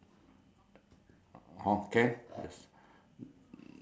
I tell you what lah we rest for minute uh we rest for one minute